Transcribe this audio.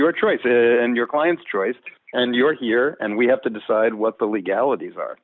your choice and your client's choice and you're here and we have to decide what the legalities are